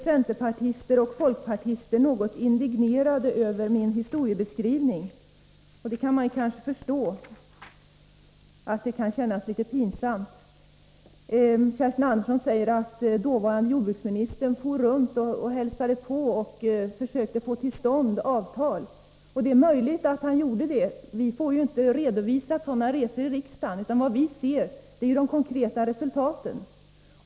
Centerpartister och folkpartister blir vidare något indignerade över min historiebeskrivning. Man kan kanske också förstå att det känns litet pinsamt. Kerstin Andersson säger att dåvarande jordbruksministern for runt och hälsade på för att försöka få avtal till stånd. Det är möjligt att han gjorde det. Vi får ju inte sådana resor redovisade för riksdagen, utan vad vi ser är de konkreta resultaten.